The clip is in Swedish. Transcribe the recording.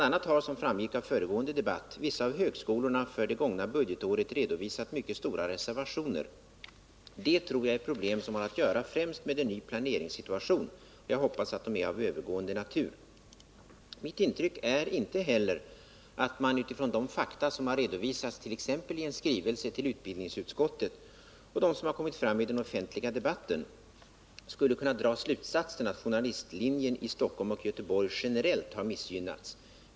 a. har, som framgick av den föregående debatten, vissa av högskolorna för det gångna budgetåret redovisat mycket stora reservationer på sina anslag. Detta tror jag är problem som främst har att göra med en ny planeringssituation, och jag hoppas att de är av övergående natur. Mitt intryck är inte heller att man utifrån de fakta som redovisats t.ex. i en skrivelse till utbildningsutskottet och de som kommit fram i den offentliga 189 debatten skulle kunna dra slutsatsen att journalistlinjen i Stockholm och Göteborg generellt har missgynnats.